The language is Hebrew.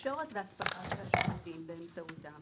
תקשורת ואספקה של השירותים באמצעותה